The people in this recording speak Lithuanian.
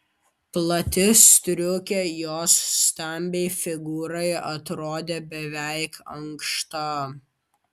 plati striukė jos stambiai figūrai atrodė beveik ankšta